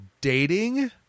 dating